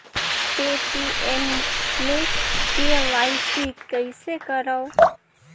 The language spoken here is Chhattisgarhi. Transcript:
पे.टी.एम मे के.वाई.सी कइसे करव?